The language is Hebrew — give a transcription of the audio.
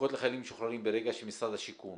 חלקות לחיילים משוחררים, ברגע שמשרד השיכון